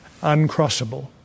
uncrossable